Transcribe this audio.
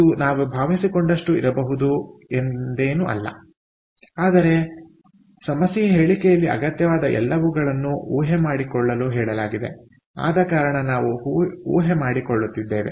ಇದು ನಾವು ಭಾವಿಸಿಕೊಂಡಷ್ಟು ಇರಬಹುದು ಎಂದೇನೂ ಅಲ್ಲ ಆದರೆ ಸಮಸ್ಯೆಯ ಹೇಳಿಕೆಯಲ್ಲಿ ಅಗತ್ಯವಾದ ಎಲ್ಲವುಗಳನ್ನು ಊಹೆ ಮಾಡಿಕೊಳ್ಳಲು ಹೇಳಲಾಗಿದೆ ಆದ ಕಾರಣ ನಾವು ಊಹೆ ಮಾಡಿಕೊಳ್ಳುತ್ತಿದ್ದೇವೆ